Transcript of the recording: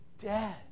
dead